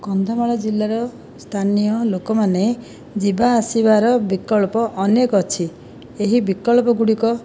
କନ୍ଧମାଳ ଜିଲ୍ଲାର ସ୍ଥାନୀୟ ଲୋକମାନେ ଯିବା ଆସିବାର ବିକଳ୍ପ ଅନେକ ଅଛି ଏହି ବିକଳ୍ପ ଗୁଡ଼ିକ